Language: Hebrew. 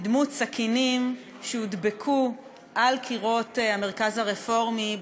בדמות סכינים שהודבקו על קירות המרכז הרפורמי,